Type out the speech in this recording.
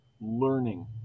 learning